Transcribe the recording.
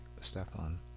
Stephan